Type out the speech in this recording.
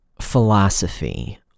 philosophy